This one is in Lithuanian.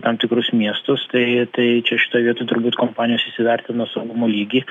tam tikrus miestus tai tai čia šitoj vietoj turbūt kompanijos įsivertino saugumo lygį